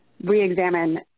re-examine